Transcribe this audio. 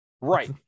right